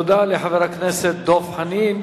תודה לחבר הכנסת דב חנין.